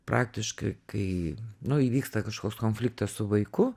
praktiškai kai nu įvyksta kažkoks konfliktas su vaiku